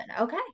Okay